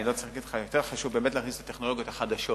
אני לא צריך להגיד לך שיותר חשוב באמת להכניס את הטכנולוגיות החדשות.